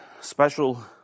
special